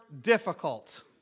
difficult